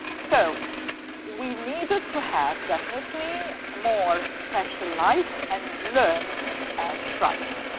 so we needed to have definitely more specialized and learned scribes.